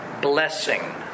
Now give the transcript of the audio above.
blessing